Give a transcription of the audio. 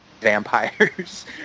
vampires